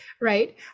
right